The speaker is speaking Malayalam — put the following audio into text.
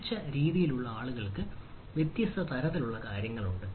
മികച്ച രീതികളിലുള്ള ആളുകൾക്ക് വ്യത്യസ്ത തരത്തിലുള്ള കാര്യങ്ങളുണ്ട്